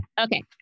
Okay